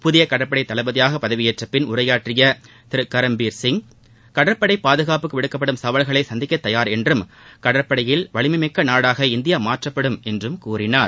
புதிய கடற்படை தளபதியாக பதவியேற்றப்பின் உரையாற்றிய திரு கரம்பீர் சிங் கடற்படை பாதுகாப்புக்கு விடுக்கப்படும் சவால்களை சந்திக்க தயார் என்றும் கடற்படையில் வலிமைமிக்க நாடாக இந்தியா மாற்றப்படும் என்றும் கூறினார்